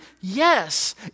Yes